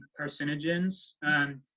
carcinogens